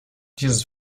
dieses